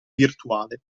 virtuale